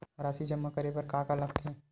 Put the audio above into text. राशि जमा करे बर का का लगथे?